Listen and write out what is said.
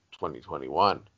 2021